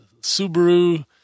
Subaru